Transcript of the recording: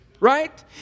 Right